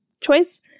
choice